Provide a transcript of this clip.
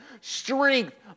Strength